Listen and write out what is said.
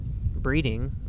breeding